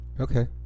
Okay